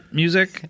music